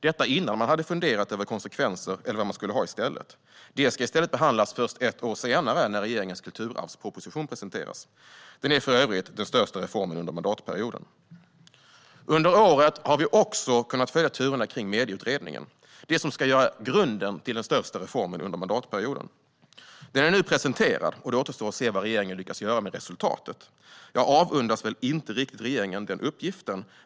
Det gjorde man innan man hade funderat över konsekvenser eller vad man skulle ha i stället. Det ska behandlas först ett år senare, när regeringens kulturarvsproposition presenteras. Den ska för övrigt bli den största reformen under mandatperioden. Under året har vi också kunnat följa turerna kring Medieutredningen. Den ska utgöra grunden till den största reformen under mandatperioden. Den är nu presenterad, och det återstår att se vad regeringen lyckas göra med resultatet. Jag avundas inte riktigt regeringen den uppgiften.